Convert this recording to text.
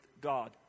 God